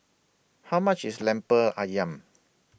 How much IS Lemper Ayam